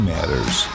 Matters